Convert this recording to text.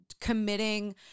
committing